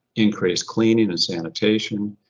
increased cleaning and sanitation,